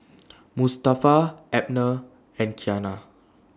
Mustafa Abner and Qiana